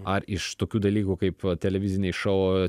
ar iš tokių dalykų kaip televiziniai šou